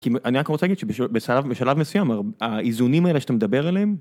כי אני רק רוצה להגיד שבשלב מסוים האיזונים האלה שאתה מדבר עליהם.